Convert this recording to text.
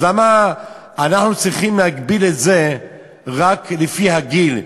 אז למה אנחנו צריכים להגביל את זה רק לפי הגיל,